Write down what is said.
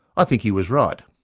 i think he was right.